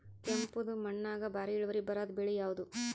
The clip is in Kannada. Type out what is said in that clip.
ಕೆಂಪುದ ಮಣ್ಣಾಗ ಭಾರಿ ಇಳುವರಿ ಬರಾದ ಬೆಳಿ ಯಾವುದು?